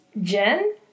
jen